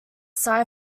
sci